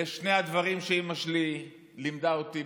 לשני הדברים שאימא שלי לימדה אותי.